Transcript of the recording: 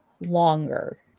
longer